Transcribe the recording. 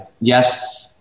yes